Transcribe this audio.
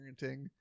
parenting